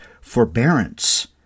forbearance